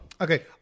Okay